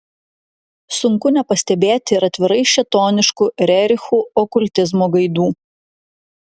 sunku nepastebėti ir atvirai šėtoniškų rerichų okultizmo gaidų